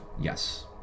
Yes